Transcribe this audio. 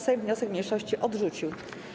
Sejm wniosek mniejszości odrzucił.